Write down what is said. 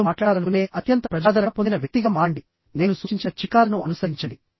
ప్రజలు మాట్లాడాలనుకునే అత్యంత ప్రజాదరణ పొందిన వ్యక్తిగా మారండినేను సూచించిన చిట్కాలను అనుసరించండి